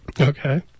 okay